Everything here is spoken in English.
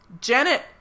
Janet